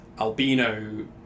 albino